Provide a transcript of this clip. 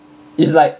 it's like